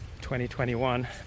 2021